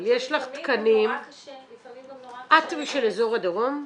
אבל יש לך תקנים -- לפעמים גם נורא קשה -- את של אזור הדרום?